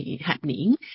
happening